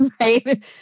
right